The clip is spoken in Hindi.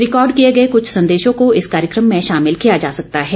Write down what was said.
रिकॉर्ड किए गए कुछ संदेशों को इस कार्यक्रम में शामिल किया जा सकता है